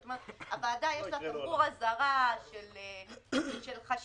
זאת אומרת: לוועדה יש תמרור אזהרה של חשיבה,